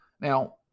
Now